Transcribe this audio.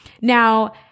Now